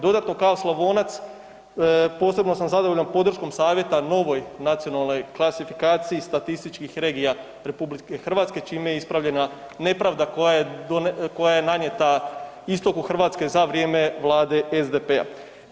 Dodatno kao Slavonac posebno sam zadovoljan podrškom savjeta novoj nacionalnoj klasifikaciji statističkih regija RH čime je ispravljena nepravda koja je nanijeta istoku Hrvatske za vrijeme Vlade SDP-a.